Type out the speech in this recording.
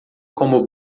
como